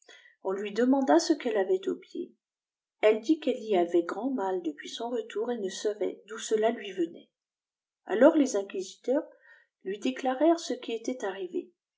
on lui demanda ce qu'elle avait au pied elle qu'ltey itah gralid mal depuis son retour et ne savait d'où ceki lud venait alors les inquisiteurs lui déclarèregitcequi était arrivé